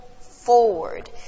Forward